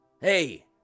Hey